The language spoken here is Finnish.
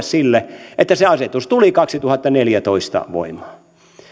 sille että se asetus tuli kaksituhattaneljätoista voimaan